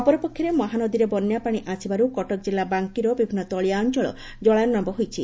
ଅପରପକ୍ଷରେ ମହାନଦୀରେ ବନ୍ୟାପାଣି ଆସିବାରୁ କଟକ ଜିଲ୍ଲା ବାଙ୍କିର ବିଭିନୁ ତଳିଆ ଅଅଳ ଜଳାର୍ଥ୍ଡବ ହୋଇଛି